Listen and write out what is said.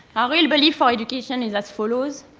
our real belief for education is as follows.